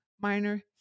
minor